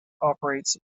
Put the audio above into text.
operates